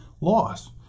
loss